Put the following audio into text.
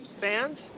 fans